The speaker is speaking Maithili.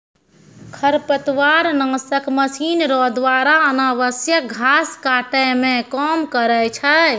खरपतवार नासक मशीन रो द्वारा अनावश्यक घास काटै मे काम करै छै